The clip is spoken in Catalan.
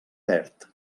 perd